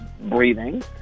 breathing